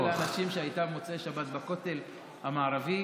שהכמות של האנשים שהייתה במוצאי שבת בכותל המערבי